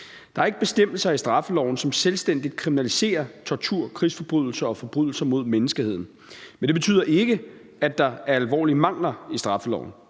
Der er ikke bestemmelser i straffeloven, som selvstændigt kriminaliserer tortur, krigsforbrydelser og forbrydelser imod menneskeheden, men det betyder ikke, at der er alvorlige mangler i straffeloven.